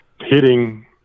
hitting